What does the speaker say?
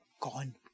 gone